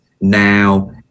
now